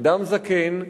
אדם זקן,